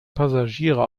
passagiere